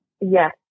Yes